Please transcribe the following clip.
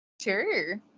Sure